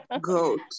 goat